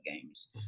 games